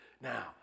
Now